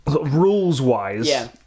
Rules-wise